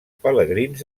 pelegrins